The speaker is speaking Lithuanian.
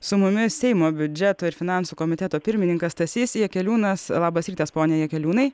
su mumis seimo biudžeto ir finansų komiteto pirmininkas stasys jakeliūnas labas rytas pone jakeliūnai